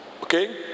Okay